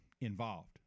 involved